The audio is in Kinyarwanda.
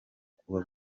kuba